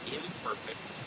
imperfect